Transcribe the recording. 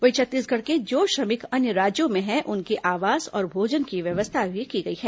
वहीं छत्तीसगढ़ के जो श्रमिक अन्य राज्यों में हैं उनके आवास और भोजन की व्यवस्था भी की गई हैं